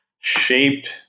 shaped